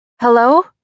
Hello